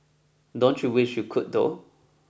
don't you wish you could though